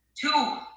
two